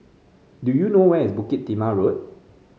do you know where is Bukit Timah Road